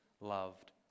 loved